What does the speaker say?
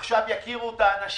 עכשיו יכירו את האנשים,